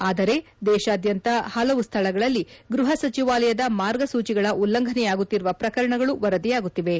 ಆದರೆ ದೇಶಾದ್ದಂತ ಹಲವು ಸ್ವಳಗಳಲ್ಲಿ ಗೃಹ ಸಚವಾಲಯದ ಮಾರ್ಗಸೂಚಿಗಳ ಉಲ್ಲಂಘನೆಯಾಗುತ್ತಿರುವ ಪ್ರಕರಣಗಳು ವರದಿಯಾಗುತ್ತಿವೆ